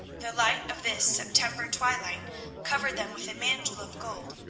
the light of this september twilight covered them with a mantle of gold,